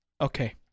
Okay